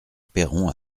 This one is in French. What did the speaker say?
perron